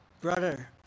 brother